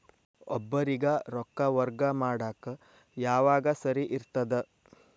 ಒಬ್ಬರಿಗ ರೊಕ್ಕ ವರ್ಗಾ ಮಾಡಾಕ್ ಯಾವಾಗ ಸರಿ ಇರ್ತದ್?